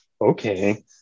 okay